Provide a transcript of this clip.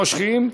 מושכים.